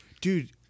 Dude